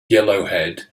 yellowhead